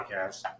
podcast